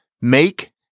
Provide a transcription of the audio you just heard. make